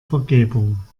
vergebung